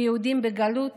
ליהודים בגלות